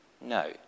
No